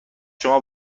شما